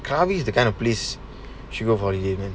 krabi is the kind of place should go holiday then